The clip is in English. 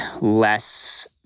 less